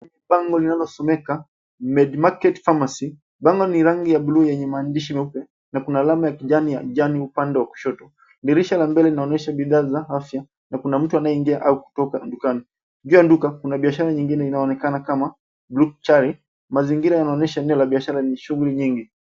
Jengo lenye bango linalosomeka red market pharmacy. Bango ni rangi buluu yenye maandishi meupe na kuna alama ya kijani ya jani upande wa kushoto. Dirisha la mbele linaonyesha bidhaa za afya na kuna mtu anayeingia au kutoka dukani. Nje ya duka kuna biashara nyingine inayoonekana kama group child. Mazingira yanaonyesha eneo ya biashara yenye shughuli nyingi.